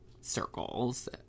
circles